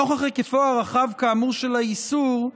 נוכח היקפו הרחב כאמור של האיסור,